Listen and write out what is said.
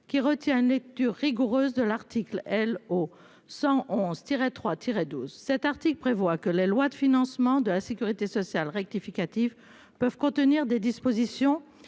qui retient lecture rigoureuse de l'article L O 111 tiret 3 12. Cet article prévoit que la loi de financement de la Sécurité sociale rectificative peuvent contenir des dispositions